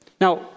Now